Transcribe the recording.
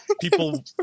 people